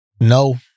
no